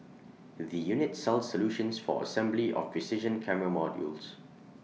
the unit sells solutions for assembly of precision camera modules